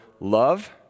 love